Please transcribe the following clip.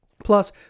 Plus